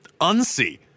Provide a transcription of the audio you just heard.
unsee